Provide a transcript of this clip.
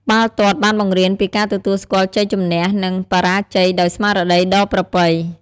បាល់ទាត់បានបង្រៀនពីការទទួលស្គាល់ជ័យជំនះ និងបរាជ័យដោយស្មារតីដ៏ប្រពៃ។